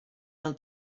del